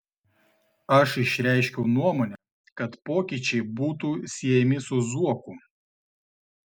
aš išreiškiau nuomonę kad pokyčiai būtų siejami su zuoku